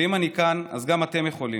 ואם אני כאן, אז גם אתם יכולים,